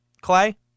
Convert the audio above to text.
Clay